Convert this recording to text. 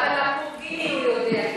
אבל למבורגיני הוא יודע,